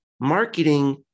marketing